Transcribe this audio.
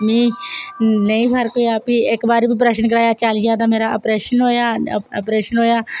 मीं नेई फर्क पेआ फ्ही इक बारी बी प्रश्न कराया चाली ज्हार दा मेरा आपरेशन होएया आपरेशन होएया